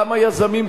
כמה יזמים,